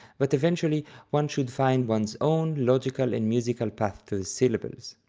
but eventually one should find one's own logical and musical path to the syllables.